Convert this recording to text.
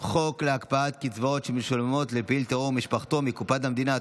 חוק להקפאת קצבאות שמשולמות לפעיל טרור ומשפחתו מקופת המדינה,